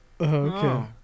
Okay